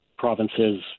provinces